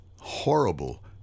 horrible